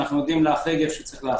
ואנחנו יודעים להחריג היכן שצריך.